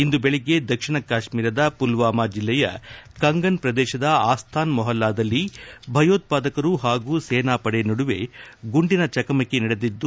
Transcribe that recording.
ಇಂದು ಬೆಳಿಗ್ಗೆ ದಕ್ಷಿಣ ಕಾಶ್ಮೀರದ ಮಲ್ವಾಮ ಜಲ್ಲೆಯ ಕಂಗನ್ ಪ್ರದೇಶದ ಆಸ್ಥಾನ್ ಮೊಪಲ್ನಾದಲ್ಲಿ ಭಯೋತ್ಪಾದಕರು ಪಾಗೂ ಸೇನಾಪಡೆ ನಡುವೆ ಗುಂಡಿನ ಚಕಮಕಿ ನಡೆದಿದ್ದು